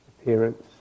appearance